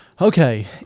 Okay